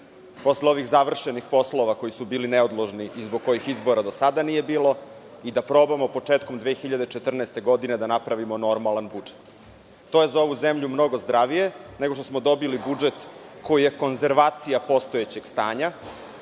posle ovih završenih poslova koji su bili neodložni i zbog kojih izbora do sada nije bilo i da probamo početkom 2014. godine da napravimo normalan budžet? To je za ovu zemlju mnogo zdravije, nego što smo dobili budžet koji je konzervacija postojećeg stanja